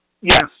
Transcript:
Yes